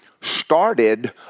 started